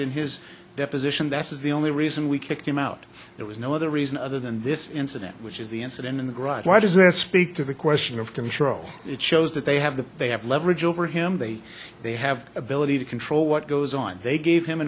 in his deposition that says the only reason we kicked him out there was no other reason other than this incident which is the incident in the gripe why does that speak to the question of control it shows that they have the they have leverage over him they they have ability to control what goes on they gave him an